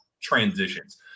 transitions